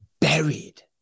buried